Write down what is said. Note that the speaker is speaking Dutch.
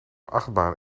achtbaan